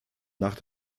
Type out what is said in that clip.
nach